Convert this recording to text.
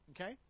Okay